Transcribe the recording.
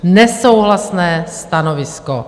Nesouhlasné stanovisko.